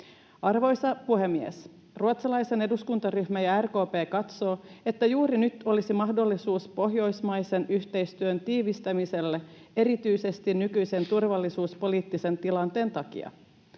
Arvoisa puhemies! Ruotsalainen eduskuntaryhmä ja RKP katsoo, että juuri nyt olisi mahdollisuus pohjoismaisen yhteistyön tiivistämiselle erityisesti nykyisen turvallisuuspoliittisen tilanteen takia.